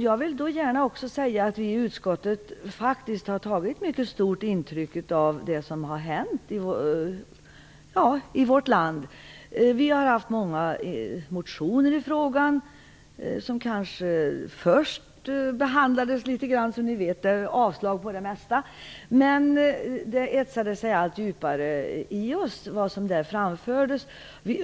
Jag vill också gärna säga att vi i utskottet har tagit mycket stort intryck av det som har hänt i vårt land. Det har väckts många motioner i frågan, och de har behandlats som vanligt och för det mesta avslagits. Men det som har framförts i dem har etsat sig allt djupare i oss.